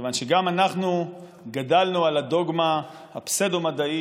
כיוון שגם אנחנו גדלנו על הדוגמה הפסאודו-מדעית